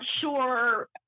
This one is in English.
sure